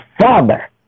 father